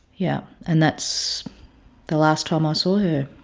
yep. and that's the last time i saw her.